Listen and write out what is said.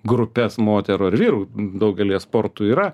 grupes moterų ar vyrų daugelyje sportų yra